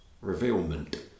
Revealment